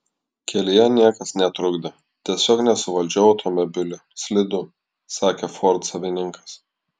kelyje niekas netrukdė tiesiog nesuvaldžiau automobilio slidu sakė ford savininkas